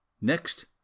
Next